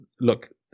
look